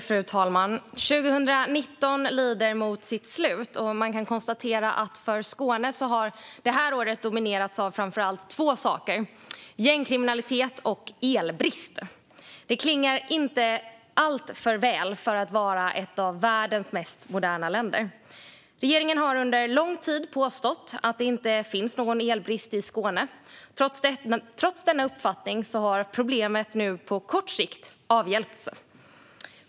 Fru talman! År 2019 lider mot sitt slut, och för Skånes del kan vi konstatera att det här året har dominerats av framför allt två saker: gängkriminalitet och elbrist. Det klingar inte alltför väl att detta sker i ett av världens mest moderna länder. Regeringen har under lång tid påstått att det inte råder någon elbrist i Skåne. Trots denna uppfattning har problemet nu på kort sikt avhjälpts.